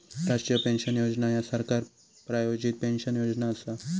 राष्ट्रीय पेन्शन योजना ह्या सरकार प्रायोजित पेन्शन योजना असा